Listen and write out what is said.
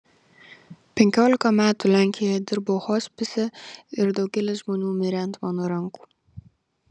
penkiolika metų lenkijoje dirbau hospise ir daugelis žmonių mirė ant mano rankų